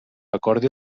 acordi